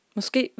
Måske